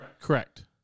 Correct